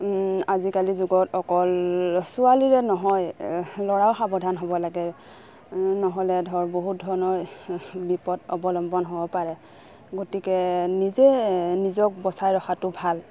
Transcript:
আজিকালি যুগত অকল ছোৱালীৰে নহয় ল'ৰাও সাৱধান হ'ব লাগে নহ'লে ধৰ বহুত ধৰণৰ বিপদ অৱলম্বন হ'ব পাৰে গতিকে নিজে নিজক বচাই ৰখাটো ভাল